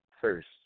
first